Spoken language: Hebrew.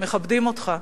מכבדים אותך.